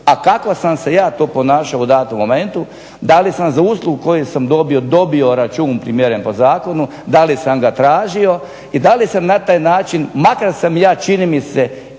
a kako sam se ja to ponašao u datom momentu, da li sam za uslugu koju sam dobio račun primjeren po zakonu, da li sam ga tražio, i da li sam na taj način, makar sam ja čini mi se